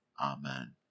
Amen